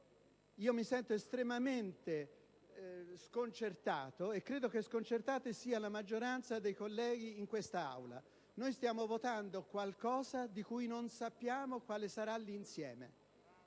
Mi sento estremamente sconcertato, e credo che sia sconcertata la maggioranza dei colleghi in questa Aula. Stiamo votando qualcosa di cui non sappiamo quale sarà l'insieme.